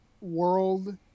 world